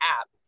app